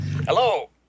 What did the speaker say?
Hello